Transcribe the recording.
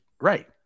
Right